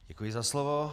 Děkuji za slovo.